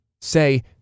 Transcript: Say